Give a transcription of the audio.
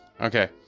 Okay